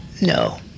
No